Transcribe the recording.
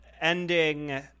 ending